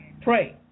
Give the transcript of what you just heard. pray